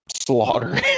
slaughter